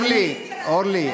אורלי,